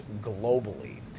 globally